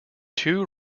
two